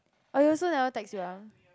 oh he also never text you ah